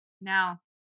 Now